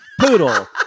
Poodle